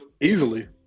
Easily